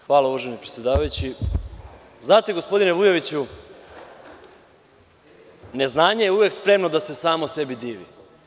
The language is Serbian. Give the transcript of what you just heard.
Hvala uvaženi predsedavajući, znate gospodine Vujoviću, neznanje je uvek spremno da se samo sebi divi.